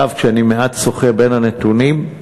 עכשיו, כשאני מעט שוחה בין הנתונים,